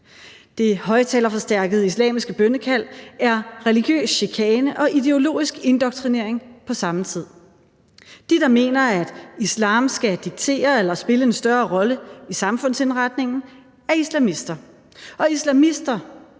Det højtalerforstærkede islamiske bønnekald er religiøs chikane og ideologisk indoktrinering på samme tid. De, der mener, at islam skal diktere eller spille en større rolle i samfundsindretningen, er islamister, og islamister